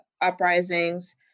uprisings